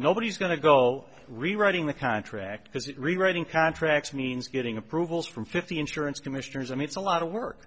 nobody is going to go rewriting the contract because it rewriting contracts means getting approvals from fifty insurance commissioners i mean it's a lot of work